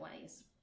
ways